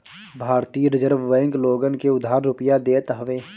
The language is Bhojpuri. भारतीय रिजर्ब बैंक लोगन के उधार रुपिया देत हवे